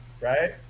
right